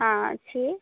ହଁ ଅଛି